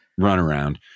runaround